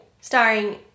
Starring